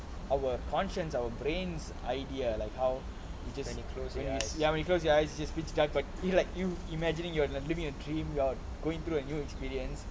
our conscience our brains idea like how you just you ya when you close your eyes it's just pitch dark like you like you imagining you are living a dream you're going through a new experience